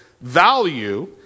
value